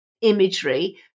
imagery